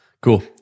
Cool